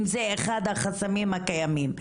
אם זה אחד החסמים הקיימים?